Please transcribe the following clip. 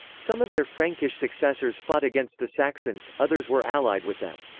some of their frankish successors fought against the saxons, others were allied with them.